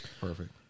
Perfect